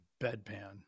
Bedpan